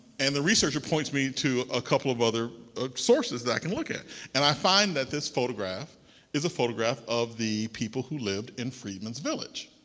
and the researcher points me to a couple of other ah sources that i can look at and i find that this photograph is a photograph of the people who lived in freedman's village.